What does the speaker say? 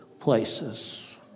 Places